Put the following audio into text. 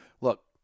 Look